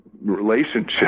relationship